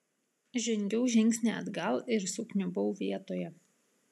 žengiau žingsnį atgal ir sukniubau vietoje